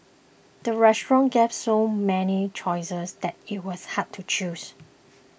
the restaurant gave so many choices that it was hard to choose